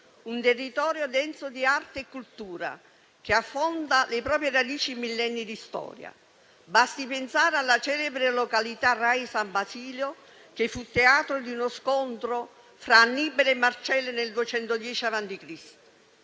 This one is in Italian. un territorio denso di arte e cultura, che affonda le proprie radici in millenni di storia. Basti pensare alla celebre località Raia San Basilio, che fu teatro di uno scontro fra Annibale e Marcello nel 210